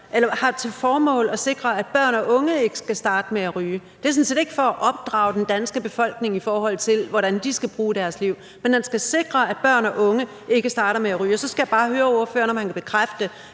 aftale har til formål at sikre, at børn og unge ikke skal starte med at ryge. Det er sådan set ikke for at opdrage den danske befolkning, i forhold til hvordan de skal bruge deres liv, men den skal sikre, at børn og unge ikke starter med at ryge. Så skal jeg bare høre ordføreren, om han kan bekræfte,